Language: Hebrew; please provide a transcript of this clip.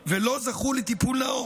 ולא זכו לטיפול נאות".